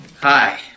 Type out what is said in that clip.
Hi